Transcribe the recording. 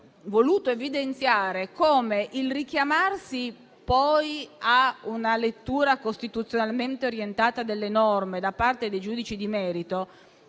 voluto evidenziare alcuni aspetti del richiamarsi a una lettura costituzionalmente orientata delle norme da parte dei giudici di merito.